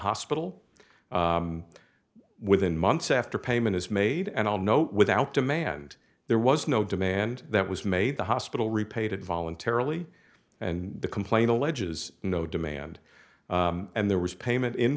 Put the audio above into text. hospital within months after payment is made and i'll note without demand there was no demand that was made the hospital repaid voluntarily and the complaint alleges no demand and there was payment in